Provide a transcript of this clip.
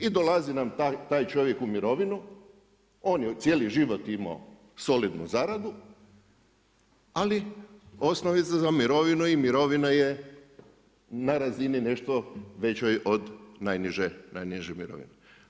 I dolazi nam taj čovjek u mirovinu, on je cijeli život imao solidnu zaradu, ali osnove za mirovinu i mirovina je na razini nešto većoj od najniže mirovine.